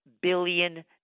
billion